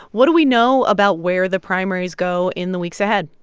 what do we know about where the primaries go in the weeks ahead?